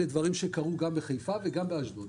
אלה דברים שקרו גם בחיפה וגם באשדוד.